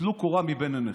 טלו קורה מבין עיניכם.